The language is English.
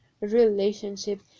relationship